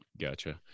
Gotcha